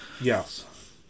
Yes